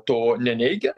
to neneigia